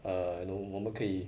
err you know 我们可以